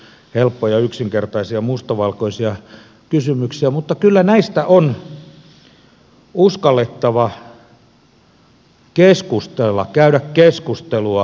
ne eivät ole helppoja ja yksinkertaisia mustavalkoisia kysymyksiä mutta kyllä näistä on uskallettava käydä keskustelua